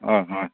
ꯍꯣꯏ ꯍꯣꯏ